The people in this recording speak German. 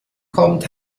kommt